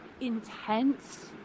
intense